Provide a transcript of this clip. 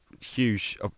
Huge